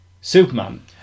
Superman